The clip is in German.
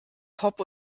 pop